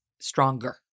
stronger